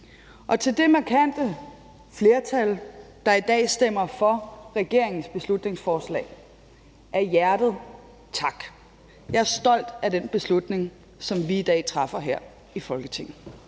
Til det markante flertal, der i dag stemmer for regeringens beslutningsforslag, vil jeg sige af hjertet tak. Jeg er stolt af den beslutning, som vi i dag træffer her i Folketinget.